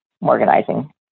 organizing